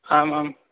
आमां